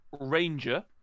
Ranger